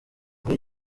muri